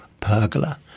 pergola